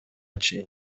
чейин